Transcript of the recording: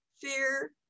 fear